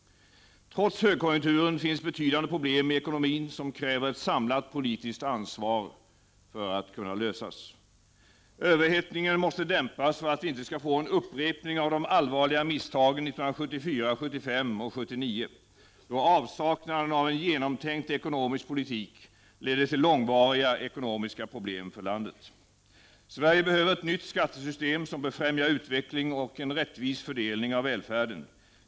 Trots högkonjunkturen finns det betydande problem i ekonomin som kräver ett samlat politiskt ansvar för att kunna lösas. Överhettningen måste dämpas så att vi inte skall få en upprepning av de allvarliga misstagen från 1974, 1975 och 1979, då avsaknaden av genomtänkt ekonomisk politik ledde till långvariga ekonomiska problem för landet. Vi behöver ett nytt skattesystem som främjar utveckling och en rättvis fördelning av välfärden.